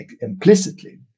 implicitly